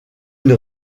une